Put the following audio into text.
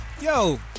Yo